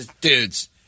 Dudes